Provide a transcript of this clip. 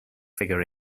figure